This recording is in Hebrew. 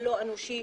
הלא אנושי,